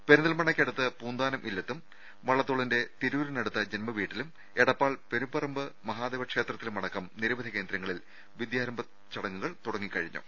പെരിന്തൽമണ്ണക്കടുത്ത് പൂന്താനം ഇല്ലത്തും വള്ളത്തോളിന്റെ തിരൂ രിനടുത്ത ജന്മ വീട്ടിലും എടപ്പാൾ പെരുമ്പറമ്പ് മഹാദേവ ക്ഷേ ത്രത്തിലുമടക്കം നിരവധി കേന്ദ്രങ്ങളിൽ വിദ്യാരംഭ ചടങ്ങുകൾ നടക്കുന്നു